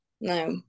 no